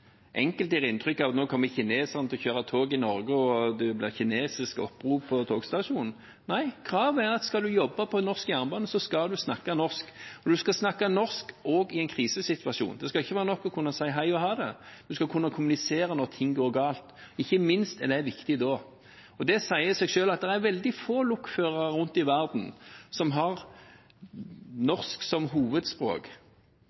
Enkelte gir inntrykk av at nå kommer kineserne til å kjøre tog i Norge, og at det blir opprop på togstasjonen på kinesisk. Nei, kravet er at skal en jobbe på norsk jernbane, skal en snakke norsk. En skal snakke norsk også i en krisesituasjon. Det skal ikke være nok å kunne si hei og ha det; en skal kunne kommunisere når ting går galt. Ikke minst er det viktig da. Det sier seg selv at det er veldig få lokførere rundt om i verden som har